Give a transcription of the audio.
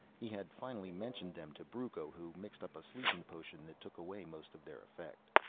he had finally mentioned them to brucco, who mixed up a sleeping potion that took away most of their effect.